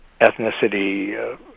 ethnicity